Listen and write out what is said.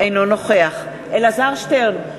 אינו נוכח אלעזר שטרן,